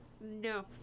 no